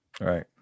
right